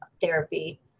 therapy